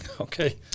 Okay